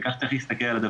כך צריך להסתכל על זה.